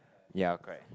ya correct